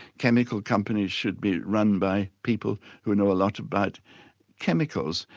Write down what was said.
chemical companies should be run by people who know a lot about chemicals.